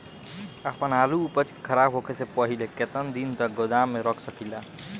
आपन आलू उपज के खराब होखे से पहिले केतन दिन तक गोदाम में रख सकिला?